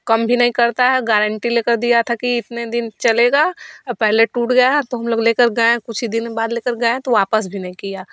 कम भी नहीं करता है गारन्टी लेकर दिया था कि इतने दिन चलेगा और पहले टूट गया है तो हम लोग लेकर गये कुछ ही दिन के बाद लेकर गये तो वापस भी नहीं किया